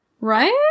Right